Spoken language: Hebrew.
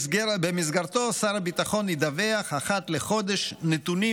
שבמסגרתו שר הביטחון ידווח אחת לחודש נתונים